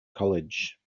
college